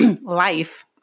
life